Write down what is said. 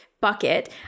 bucket